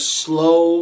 slow